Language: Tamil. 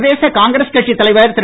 பிரதேச காங்கிரஸ் கட்சித் தலைவர் திரு